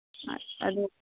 ꯑꯗꯨ